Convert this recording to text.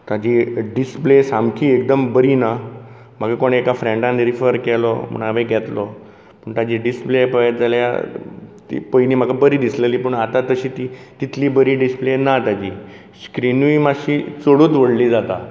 ताजी डिस्प्ले सामकी एकदम बरी ना म्हाका कोणी एका फ्रँडान रिफर केलो म्हणून हांवें घेतलो पूण ताजी डिस्प्ले पळयत जाल्यार ती पयली म्हाका बरी दिसलली पूण आतां तशी ती तितली बरी डिस्प्ले ना ताची स्क्रिनूय मातशी चडूच व्हडली जाता